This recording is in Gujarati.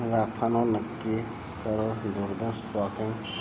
રાખવાનો નક્કી કરું દૂરબીન સ્પોટિંગ